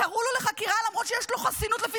קראו לו לחקירה למרות שיש לו חסינות לפי